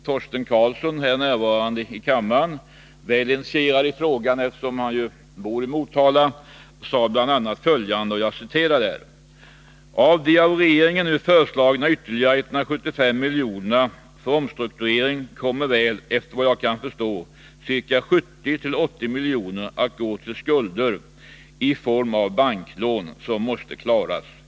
Torsten Karlsson, som är närvarande här i kammaren och som är väl initierad i frågan, eftersom han bor i Motala, sade då bl.a.: ”Av de av regeringen nu föreslagna ytterligare 175 miljonerna för omstrukturering Nr 55 kommer väl, efter vad jag kan förstå, ca 70-80 miljoner att gå till skulder i form av banklån som måste klaras.